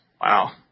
Wow